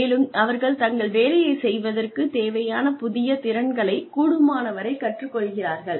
மேலும் அவர்கள் தங்கள் வேலையைச் செய்வதற்குத் தேவையான புதிய திறன்களைக் கூடுமானவரைக் கற்றுக் கொள்கிறார்கள்